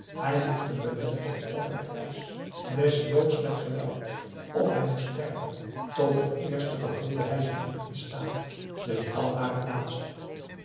hij moest het beletten tot elken prijs desnoods met geweld of hij moest sterven tot het eerste gevoelde hij zich niet in staat dus dan maar het laatste